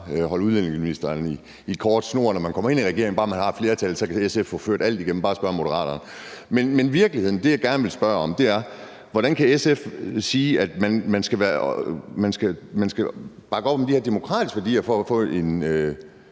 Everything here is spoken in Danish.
og udlændingeministeren i kort snor, når man kommer i regering. Bare man har flertallet, kan SF gennemført alt – man kan bare spørge Moderaterne. Men det, jeg i virkeligheden gerne vil spørge om, er: Hvordan kan SF sige, at man skal bakke op om de her demokratiske værdier for at få